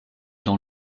dans